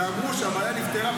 ואמרו שהבעיה נפתרה,